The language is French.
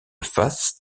face